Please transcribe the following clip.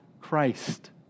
Christ